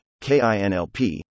KINLP